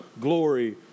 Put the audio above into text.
glory